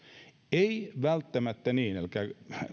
ei välttämättä niin älkää